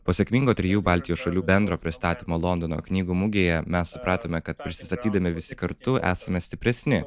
po sėkmingo trijų baltijos šalių bendro pristatymo londono knygų mugėje mes supratome kad prisistatydami visi kartu esame stipresni